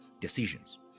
decisions